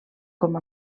com